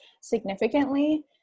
significantly